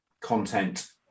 content